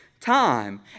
Time